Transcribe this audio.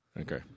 Okay